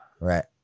Right